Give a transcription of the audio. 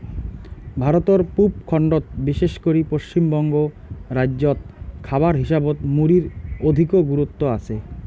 ভারতর পুব খণ্ডত বিশেষ করি পশ্চিমবঙ্গ রাইজ্যত খাবার হিসাবত মুড়ির অধিকো গুরুত্ব আচে